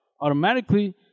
Automatically